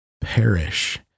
perish